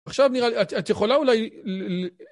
עכשיו נראה לי, את יכולה אולי...